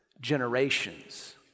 generations